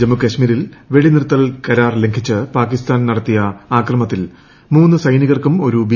ജമ്മുകശ്മീരിൽ വെടിനിർത്തൽ ക്ര്ാർ ലംഘിച്ച് പാകിസ്ഥാൻ നടത്തിയ ആക്മണത്തിൽ മൂന്ന് സൈനികർക്കും ഒരു ബി